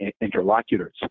interlocutors